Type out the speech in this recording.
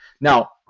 Now